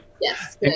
Yes